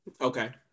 Okay